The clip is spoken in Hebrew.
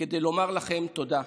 כדי לומר לכם תודה.